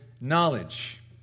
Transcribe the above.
knowledge